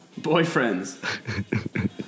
boyfriends